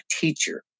teacher